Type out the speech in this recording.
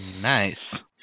Nice